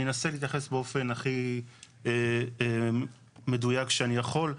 אני אנסה להתייחס באופן הכי מדויק שאני יכול.